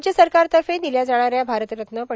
राज्य सरकारतर्फे दिल्या जाणाऱ्या भारतरत्न पं